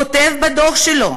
כותב בדוח שלו,